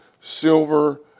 silver